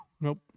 Nope